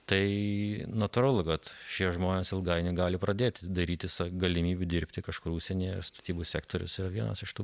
tai natūralu kad šie žmonės ilgainiui gali pradėti dairytis galimybių dirbti kažkur užsienyje statybų sektorius yra vienas iš tų